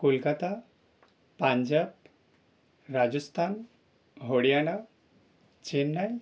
Kolkata Punjab Rajasthan Haryana Chennai